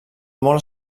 molt